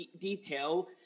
Detail